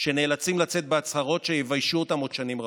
שנאלצים לצאת בהצהרות שיביישו אותם עוד שנים רבות.